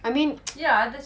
I mean